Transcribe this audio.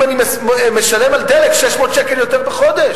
אם אני משלם על דלק 600 שקל יותר בחודש?